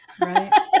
Right